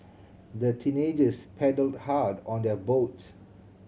the teenagers paddled hard on their boat